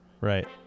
Right